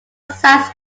size